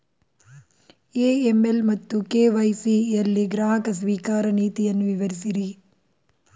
AML ಮತ್ತು KYC ಯಲ್ಲಿ ಗ್ರಾಹಕ ಸ್ವೀಕಾರ ನೀತಿಯನ್ನು ವಿವರಿಸಿ?